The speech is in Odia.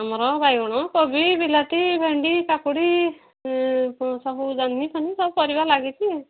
ଆମର ବାଇଗଣ କୋବି ବିଲାତି ଭେଣ୍ଡି କାକୁଡ଼ି ସବୁ ଜହ୍ନି ଫହ୍ନି ସବୁ ପରିବା ଲାଗିଛି